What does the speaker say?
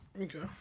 Okay